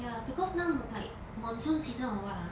ya because now like monsoon season or what ah